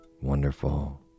wonderful